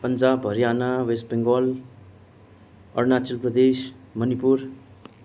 Punjab Haryana west Bengal Arunachal Pradesh Manipur